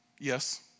Yes